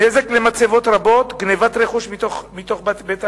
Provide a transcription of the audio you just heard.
נזק למצבות רבות, גנבת רכוש מתוך בית-העלמין.